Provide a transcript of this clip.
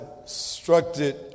instructed